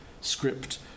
script